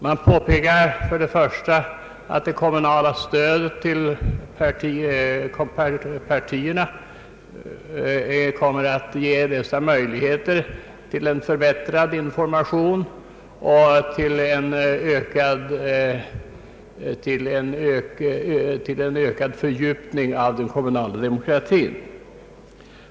Man påpekar för det första att det kommunala stödet till partierna kommer att ge dessa möjligheter till en förbättrad information och till en ökad fördjupning av den kommunala demokratin.